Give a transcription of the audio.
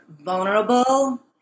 vulnerable